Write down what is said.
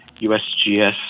USGS